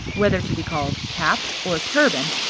whether to be called cap, or turban,